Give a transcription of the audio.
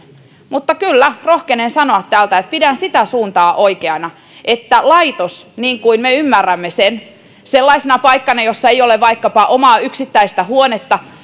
mutta kyllä rohkenen sanoa täältä että pidän sitä suuntaa oikeana että laitos niin kuin me ymmärrämme sen sellaisena paikkana jossa ei ole vaikkapa omaa yksittäistä huonetta